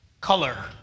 color